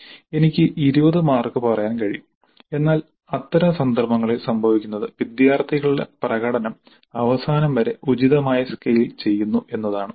എനിക്ക് 20 മാർക്ക് പറയാൻ കഴിയും എന്നാൽ അത്തരം സന്ദർഭങ്ങളിൽ സംഭവിക്കുന്നത് വിദ്യാർത്ഥികളുടെ പ്രകടനം അവസാനം വരെ ഉചിതമായി സ്കെയിൽ ചെയ്യുന്നു എന്നതാണ്